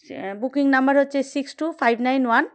booking number হচ্ছে six two five nine one